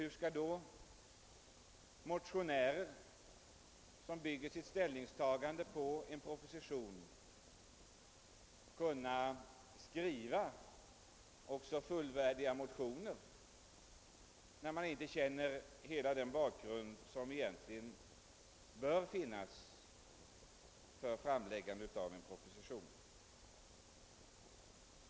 Hur skall motionärer, som bygger sitt ställningstagande på en proposition, kunna skriva fullvärdiga motioner när de inte känner till hela den bakgrund som finns och som bör klargöras vid framläggandet av en proposition?